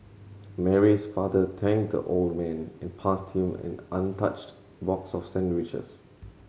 Mary's father thanked the old man and passed him an untouched box of sandwiches